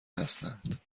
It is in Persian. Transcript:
هستند